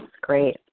great